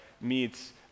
meets